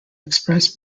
express